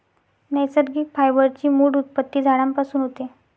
नैसर्गिक फायबर ची मूळ उत्पत्ती झाडांपासून होते